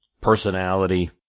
personality